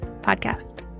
podcast